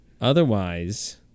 Otherwise